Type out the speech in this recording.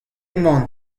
mañ